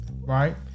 right